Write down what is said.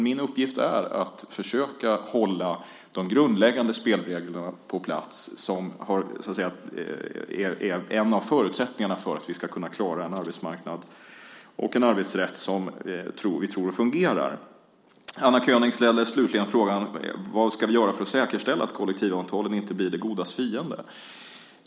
Min uppgift är dock att försöka hålla de grundläggande spelregler på plats som är en av förutsättningarna för att vi ska kunna ha en arbetsmarknad och en arbetsrätt som vi tror fungerar. Anna König ställer slutligen frågan vad vi ska göra för att säkerställa att kollektivavtalen inte blir det godas fiende.